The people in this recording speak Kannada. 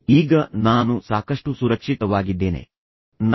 ಈಗ ನಾನು ಸಾಕಷ್ಟು ಸುರಕ್ಷಿತವಾಗಿದ್ದೇನೆ ಎಂದು ನೀವು ಭಾವಿಸುತ್ತೀರಿ